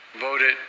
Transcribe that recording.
voted